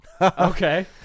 Okay